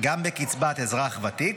גם בקצבת אזרח ותיק,